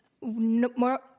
more